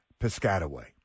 Piscataway